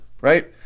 right